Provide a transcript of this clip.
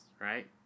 right